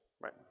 right